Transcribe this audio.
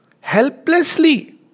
Helplessly